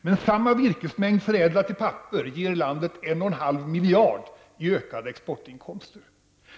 medan samma virkesmängd förädlad till papper ger landet en och 1,5 miljarder kronor i ökade exportinkomster.